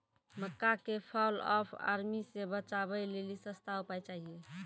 मक्का के fall of army से बचाबै लेली सस्ता उपाय चाहिए?